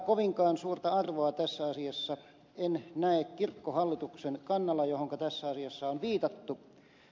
kovinkaan suurta arvoa tässä asiassa en näe kirkkohallituksen kannalla johonka tässä asiassa on viitattu